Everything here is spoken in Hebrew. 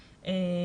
קפיצה.